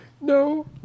No